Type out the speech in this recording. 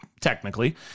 technically